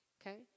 okay